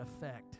effect